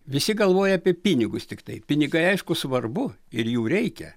visi galvoja apie pinigus tiktai pinigai aišku svarbu ir jų reikia